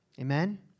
Amen